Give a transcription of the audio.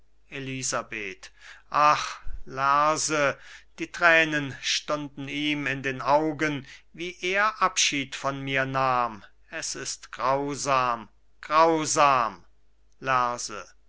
elisabeth ach lerse die tränen stunden ihm in den augen wie er abschied von mir nahm es ist grausam grausam lerse